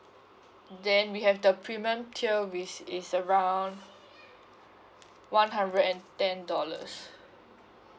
then we have the premium tier which is around one hundred and ten dollars